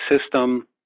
system